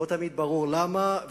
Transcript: לא תמיד ברור למה,